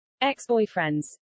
ex-boyfriends